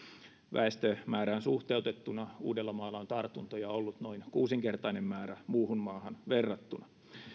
väestömäärään suhteutettuna uudellamaalla on tartuntoja ollut noin kuusinkertainen määrä muuhun maahan verrattuna